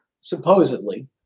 supposedly